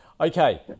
Okay